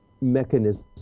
mechanism